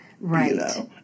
right